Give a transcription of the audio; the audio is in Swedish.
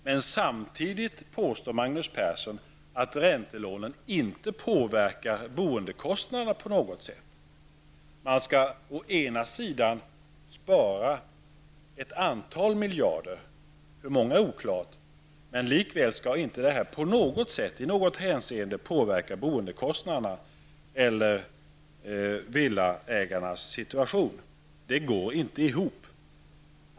Men samtidigt påstår Magnus Persson att räntelånen inte påverkar boendekostnaderna på något sätt. Man skall å ena sidan spara ett antal miljarder, hur många är oklart, men likväl skall det inte på något sätt, inte i något hänseende påverka boendekostnaderna eller villaägarnas situation. Det går inte ihop.